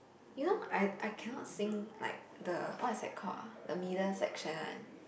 you know I I cannot sing like the what is that called ah the middle section one